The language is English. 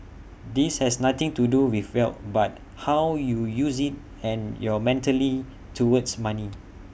this has nothing to do with wealth but how you use IT and your mentally towards money